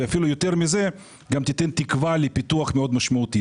אפילו לתת תקווה לפיתוח מאוד משמעותי.